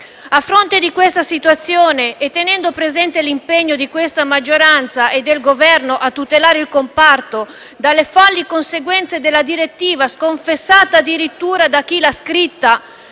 A fronte di questa situazione e tenendo presente l'impegno di questa maggioranza e del Governo a tutelare il comparto dalle folli conseguenze della direttiva, sconfessata addirittura da chi l'ha scritta,